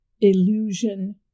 illusion